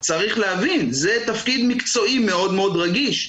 צריך להבין, זה תפקיד מקצועי מאוד מאוד רגיש.